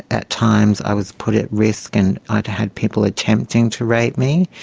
at times i was put at risk and i'd had people attempting to rape me,